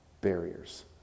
barriers